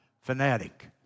fanatic